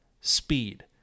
speed